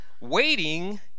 waiting